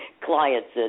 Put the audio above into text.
clients